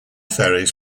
ferries